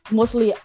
mostly